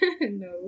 no